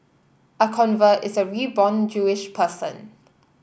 a convert is a reborn Jewish person